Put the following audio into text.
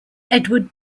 edward